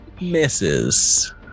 Misses